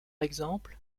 exemple